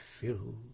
fill